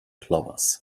clovers